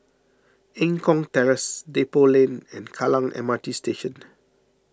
Eng Kong Terrace Depot Lane and Kallang M R T Station